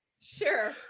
Sure